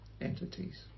entities